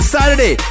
Saturday